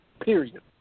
Period